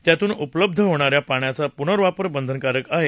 त्यातून उपलब्ध होणाऱ्या पाण्याचा पूनर्वापर बंधनकारक आहे